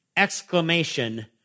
exclamation